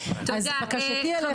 אז בקשתי אליך שתתעדכן ותפעלו בהתאם.